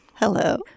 Hello